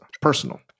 personal